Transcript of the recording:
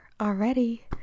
already